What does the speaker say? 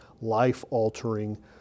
life-altering